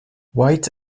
white